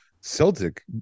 Celtic